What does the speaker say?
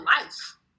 life